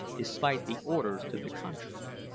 despite the orders to the contrary.